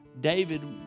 David